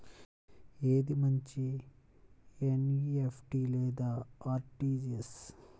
ఏది మంచి ఎన్.ఈ.ఎఫ్.టీ లేదా అర్.టీ.జీ.ఎస్?